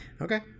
Okay